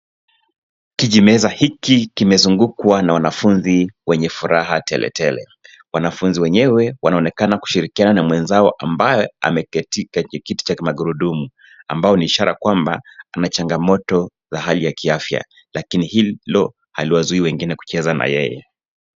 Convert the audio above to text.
Kijimeza hiki kimezingukwa na wanafunzi wenye furaha tele tele. Wanafunzi wenyewe wanaonekana kushirikiana na mwenzao ambaye ameketi katika kiti cha magurudumu, ambayo ni ishara kwamba ana changamoto ya hali ya kiafya. Lakini hilo haliwazuii wengine kucheza na yeye.